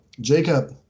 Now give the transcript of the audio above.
jacob